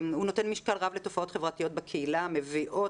הוא נותן משקל רב לתופעות חברתיות בקהילה המביאות